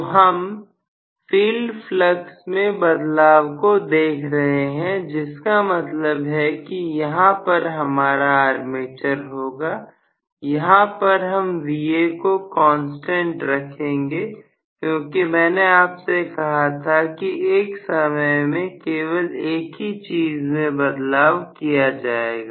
तो हम field flux में बदलाव को देख रहे हैं जिसका मतलब है कि यहां पर हमारा आर्मेचर होगा यहां पर हम Va को कांस्टेंट रखेंगे क्योंकि मैंने आपसे कहा था कि एक समय में केवल एक ही चीज में बदलाव किया जाएगा